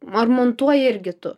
ar montuoji irgi tu